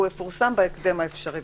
והוא יפורסם בהקדם האפשרי".